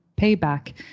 payback